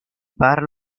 bar